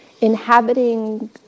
inhabiting